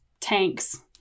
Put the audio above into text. tanks